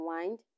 unwind